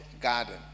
garden